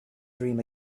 dream